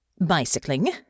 Bicycling